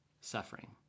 suffering